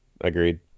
Agreed